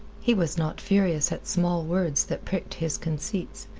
he was not furious at small words that pricked his conceits.